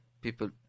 people